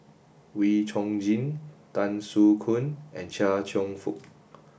Wee Chong Jin Tan Soo Khoon and Chia Cheong Fook